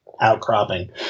outcropping